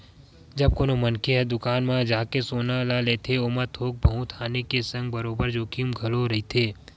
जब कोनो मनखे ह दुकान म जाके सोना ल लेथे ओमा थोक बहुत हानि के संग बरोबर जोखिम घलो रहिथे